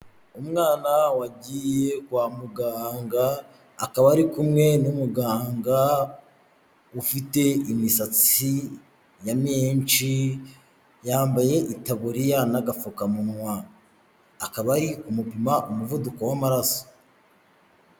Umwana wagiye kwa muganga akaba ari kumwe n'umuganga ufite imisatsi ya menshi, yambaye itaburiya n'agapfukamunwa akaba ari kumupima umuvuduko w'amaraso.